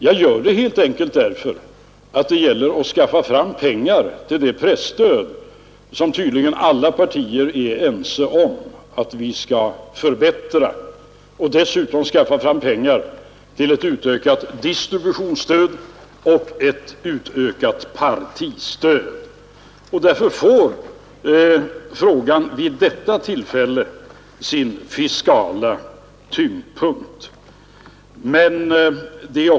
Jag gör det helt enkelt därför att det gäller att skaffa fram pengar till det presstöd som tydligen alla partier är ense om att vilja förbättra och dessutom till ett utökat distributionsstöd och ett utökat partistöd. Därför får frågan vid detta tillfälle sin fiskala tyngdpunkt.